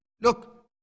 look